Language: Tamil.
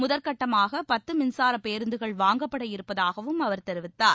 முதற்கட்டமாக பத்து மின்சாரப் பேருந்துகள் வாங்கப்பட இருப்பதாகவும் அவர் தெரிவித்தார்